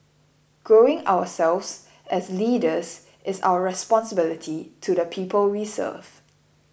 growing ourselves as leaders is our responsibility to the people we serve